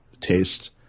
taste